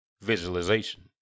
Visualization